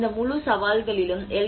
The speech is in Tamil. இந்த முழு சவால்களிலும் எல்